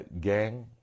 gang